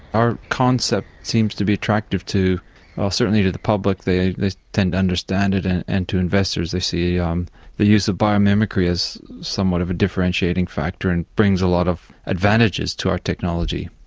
our concept seems to be attractive to ah certainly the public, they they tend to understand it and and to investors, they see um the use of biomimicry as somewhat of a differentiating factor, and brings a lot of advantages to our technology.